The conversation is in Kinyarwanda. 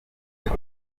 naho